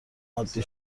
عادی